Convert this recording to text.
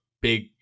big